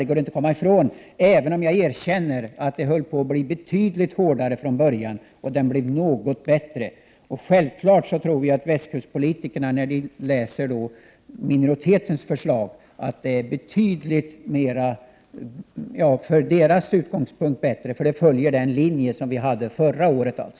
Det går inte att komma ifrån, även om jag erkänner att det höll på att bli betydligt hårdare från början. Det blev något bättre. Självfallet tror vi att västkustpolitikerna finner, när de läser minoritetens förslag, att det från deras utgångspunkt är betydligt bättre, för det följer den linje som vi hade förra året.